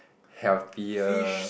healthier